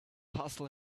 hustle